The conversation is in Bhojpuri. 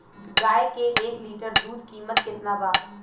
गाय के एक लीटर दूध कीमत केतना बा?